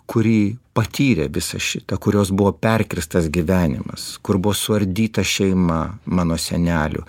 kuri patyrė visą šitą kurios buvo perkirstas gyvenimas kur buvo suardyta šeima mano senelio